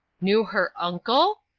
knew her uncle?